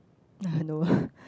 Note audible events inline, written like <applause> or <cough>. uh no <breath>